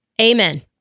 Amen